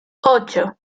ocho